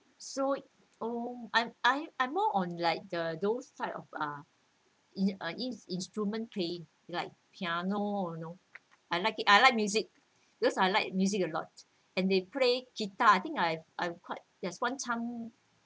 so oh I'm I I'm more on like the those type of uh ins~ instrument playing like piano you know I like it I like music because I like music a lot and they play guitar I think I I'm quite there's one time